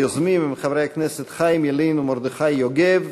היוזמים הם חברי הכנסת חיים ילין ומרדכי יוגב,